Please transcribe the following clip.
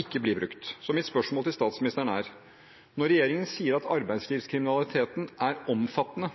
ikke blir brukt. Mitt spørsmål til statsministeren er: Når regjeringen sier at arbeidslivskriminaliteten er omfattende,